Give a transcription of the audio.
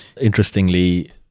Interestingly